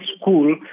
school